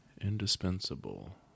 Indispensable